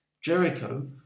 Jericho